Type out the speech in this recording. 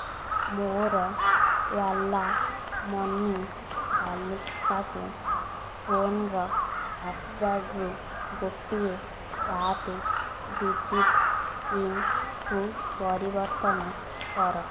ମୋର Ola money ତାଲିକାକୁ ଫୋନ୍ର ପାସୱାର୍ଡ଼ରୁ ଗୋଟିଏ ସାତ ଡିଜିଟ୍ ପିନ୍କୁ ପରିବର୍ତ୍ତନ କର